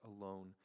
alone